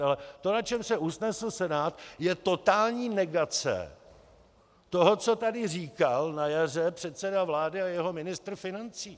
Ale to, na čem se usnesl Senát, je totální negace, toho co tady říkal na jaře předseda vlády a jeho ministr financí.